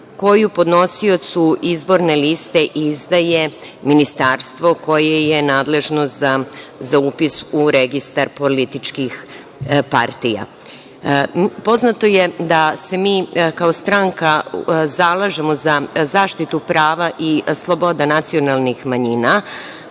koju podnosiocu izborne liste izdaje ministarstvo koje je nadležno za upis u Registar političkih partija. Poznato je da se mi kao stranka zalažemo za zaštitu prava i sloboda nacionalnih manjina